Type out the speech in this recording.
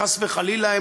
חס וחלילה,